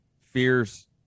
fears